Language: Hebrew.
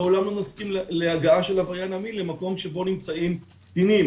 לעולם לא נסכים להגעה של עבריין המין למקום שבו נמצאים קטינים,